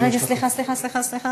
סליחה, סליחה.